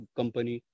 company